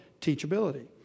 teachability